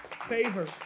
favor